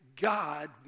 God